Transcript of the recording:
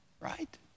Right